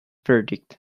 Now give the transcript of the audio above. verdict